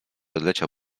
odleciał